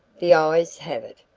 the ayes have it.